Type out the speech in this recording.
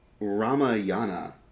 Ramayana